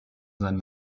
sein